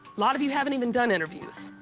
lot of you haven't even done interviews.